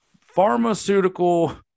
pharmaceutical